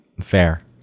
Fair